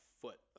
foot